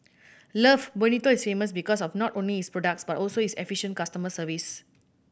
love Bonito is famous because of not only its products but also its efficient customer service